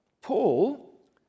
Paul